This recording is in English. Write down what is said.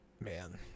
Man